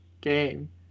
game